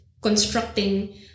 constructing